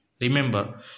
Remember